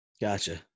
Gotcha